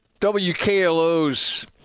WKLO's